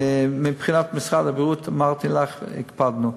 מבחינת משרד הבריאות, אמרתי לך: הקפדנו.